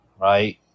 right